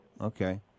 Okay